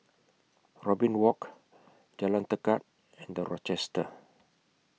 Robin Walk Jalan Tekad and The Rochester